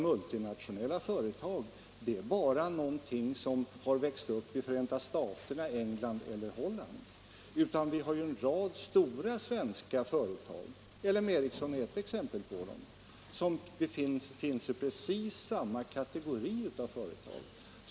Multinationella företag är inte bara någonting som har växt upp port och industriuti Förenta staterna, England eller Holland. Vi har en rad stora svenska — flyttning företag — L M Ericsson är ett exempel —- som finns i precis samma kategori av företag.